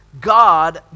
God